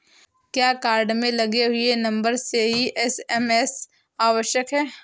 क्या कार्ड में लगे हुए नंबर से ही एस.एम.एस आवश्यक है?